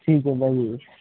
ਠੀਕ ਹੈ ਭਾਜੀ